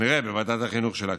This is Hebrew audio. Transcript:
כנראה בוועדת החינוך של הכנסת.